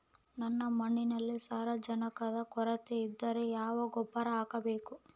ನನ್ನ ಮಣ್ಣಿನಲ್ಲಿ ಸಾರಜನಕದ ಕೊರತೆ ಇದ್ದರೆ ಯಾವ ಗೊಬ್ಬರ ಹಾಕಬೇಕು?